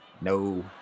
no